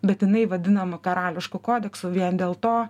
bet jinai vadinama karališku kodeksu vien dėl to